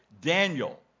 Daniel